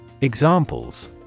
Examples